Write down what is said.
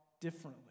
differently